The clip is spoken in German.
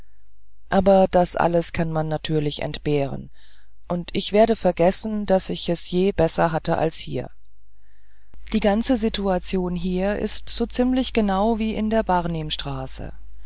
aber das alles kann man natürlich entbehren und bald werde ich vergessen daß ich es je besser hatte als hier die ganze situation hier ist so ziemlich genau wie in der